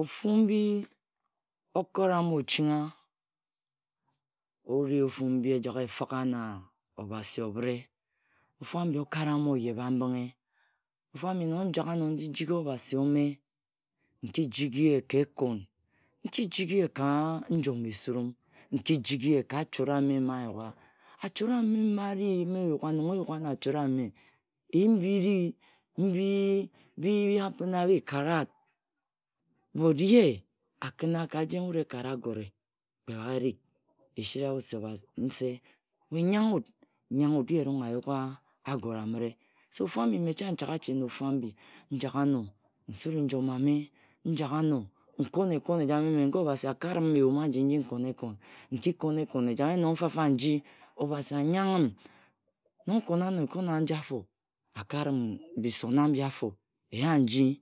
Ofu mbi okoram ochingha ori ofu mbi ejak efigha na obazi obhre. Ofu abhi okaram oyeba mbhinghe. Ofu abhi nong njak ano nji jigi obazi ome, nki jigi-ye ka ekon. nki jigi-ye ka njom esurum, nki jigi-ye ka achot ame mma nyugha. Achot ame mma ari mma eyugha nong eyuga ano achot ame eyin biri mbi-biri afina bi kara. But ye. akhina ka jen wut ekara agore kpe bhagerig esira ye wut se obasi nse, we nyange wut, nyange wut. Ye erong ayuga agore amire. So ofu abhi me chang nchaga-ache na ofu abhi. Njak amo, nsure njom ame, njak ano nkom ekon ejame, mme nga obazi akarim eyum aji nji akona-ekon. Nki kon ekon ejame, yen nong mfa-mfa nji, Obasi anyangh-m, nong nkona ano ekon aji-afo akarim bisone abhi afo Eya-nji.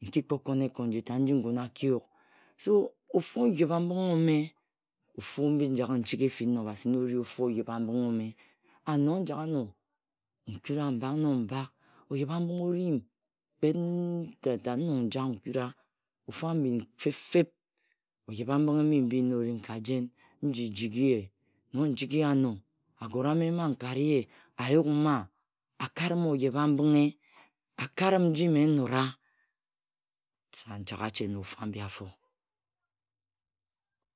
nki kpo kon ekon njitat nji ngun akiyut. So ofu oyebhambinghe ome. ofu mbi njak nsigha efin na obasi na ori ofu oyebha mbing ome. And nong njak ano nkura mbak. nnog mbak oyabhambinghe osim kping ta-ta nnog njak nkura. Ofu abhi feb-feb oyebhmabinghe mbi mbi na osim ka jen, nji jigi ye nong njigi ye ano, agore ame mma nkani-ye. ayuk mma, akarim oyebha mbinghe. akjarim nji mme nnora chang nchane ache na ofu abhi.